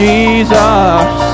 Jesus